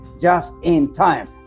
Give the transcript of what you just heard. just-in-time